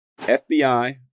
FBI